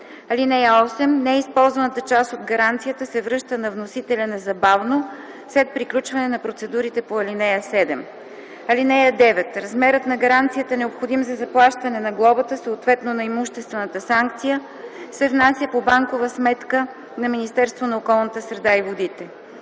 (8) Неизползваната част от гаранцията се връща на вносителя незабавно след приключване на процедурите по ал. 7. (9) Размерът на гаранцията, необходим за заплащане на глобата, съответно на имуществената санкция, се внася по банкова сметка на Министерството на околната среда и водите.